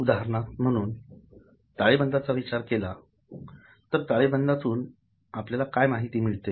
उदाहरणार्थ म्हणून ताळेबंदाचा विचार केला तर ताळेबंदात आपल्याला काय माहिती मिळते